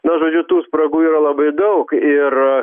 na žodžiu tų spragų yra labai daug ir